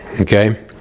okay